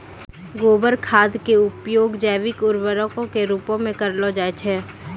गोबर खाद के उपयोग जैविक उर्वरक के रुपो मे करलो जाय छै